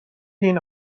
این